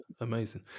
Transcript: amazing